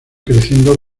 creciendo